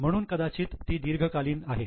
म्हणून कदाचित ती दीर्घकालीन आहे